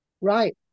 Right